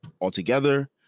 altogether